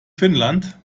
finnland